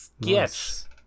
Yes